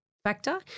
factor